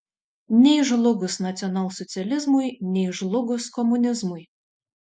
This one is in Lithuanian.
nei žlugus nacionalsocializmui nei žlugus komunizmui